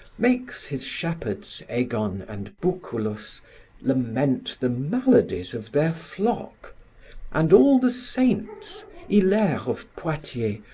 makes his shepherds egon and buculus lament the maladies of their flock and all the saints hilaire of poitiers,